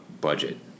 budget